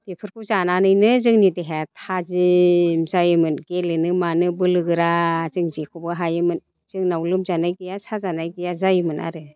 बेफोरखौ जानानैनो जोंनि देहाया थाजिम जायोमोन गेलेनो मानो बोलोगोरा जों जेखौबो हायोमोन जोंनाव लोमजानाय गैया साजानाय गैया जायोमोन आरो